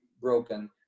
broken